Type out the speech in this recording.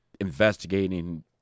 Investigating